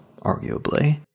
arguably